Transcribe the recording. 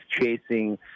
chasing